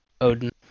Odin